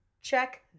check